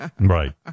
Right